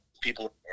People